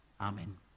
Amen